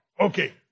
okay